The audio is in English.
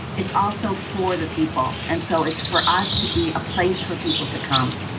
it's also for the people. and so it's for us to be a place for people to come.